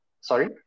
Sorry